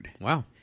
Wow